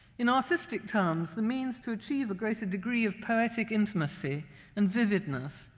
in artistic terms, the means to achieve a greater degree of poetic intimacy and vividness,